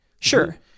Sure